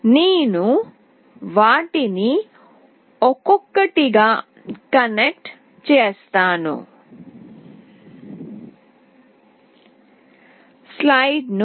నేను వాటిని ఒక్కొక్కటిగా కనెక్ట్ చేస్తాను